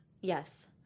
Yes